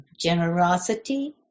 Generosity